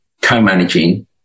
co-managing